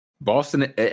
Boston